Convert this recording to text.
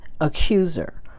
accuser